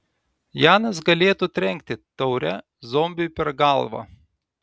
janas galėtų trenkti taure zombiui per galvą